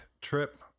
trip